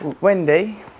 Wendy